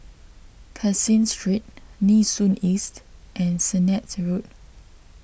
Caseen Street Nee Soon East and Sennett Road